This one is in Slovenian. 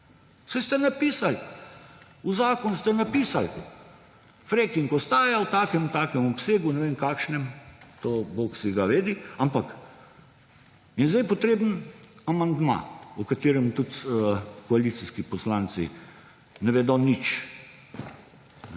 Saj ste napisal, v zakon ste napisal, freking ostaja v takem in takem obsegu, ne vem kakšne, to bog si ga vedi, ampak, in zdaj je potreben amandma, o katerem tudi koalicijski poslanci ne vedo nič.